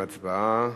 הצבעה.